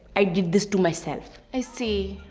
i did this to myself. i see.